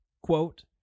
quote